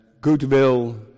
goodwill